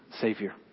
Savior